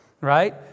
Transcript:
Right